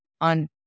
on